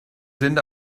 linda